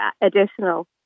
additional